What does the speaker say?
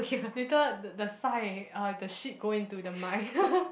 later the the sai uh the shit go into the mic